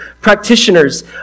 practitioners